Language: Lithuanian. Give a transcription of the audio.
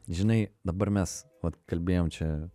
žinai dabar mes vat kalbėjom čia